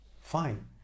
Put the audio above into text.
fine